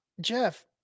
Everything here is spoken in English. Jeff